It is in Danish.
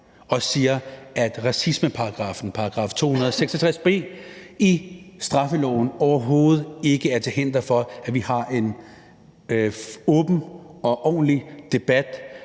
de siger, at racismeparagraffen, § 266 b, i straffeloven overhovedet ikke er til hinder for, at vi har en åben og ordentlig debat,